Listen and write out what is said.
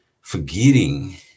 Forgetting